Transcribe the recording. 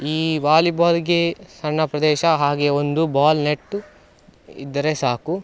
ಈ ವಾಲಿಬಾಲಿಗೆ ಸಣ್ಣ ಪ್ರದೇಶ ಹಾಗೇ ಒಂದು ಬಾಲ್ ನೆಟ್ಟು ಇದ್ದರೆ ಸಾಕು